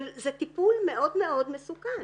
זה טיפול מאוד מסוכן,